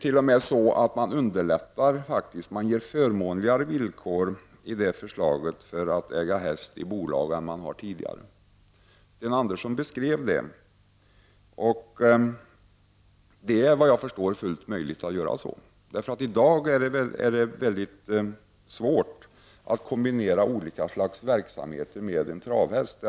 I förslaget underlättar man t.o.m. och ger förmånligare villkor för dem som äger häst i bolag än det var tidigare. Sten Andersson beskrev detta. Enligt vad jag förstår är det alltså möjligt att göra så. I dag är det mycket svårt att kombinera andra verksamheter med en travhäst.